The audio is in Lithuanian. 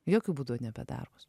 jokiu būdu ne apie darbus